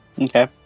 Okay